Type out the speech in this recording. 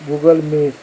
Google meet